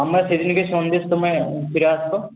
আমরা সেদিনকে সন্ধের সময় ফিরে আসব